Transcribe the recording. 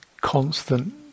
constant